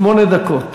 שמונה דקות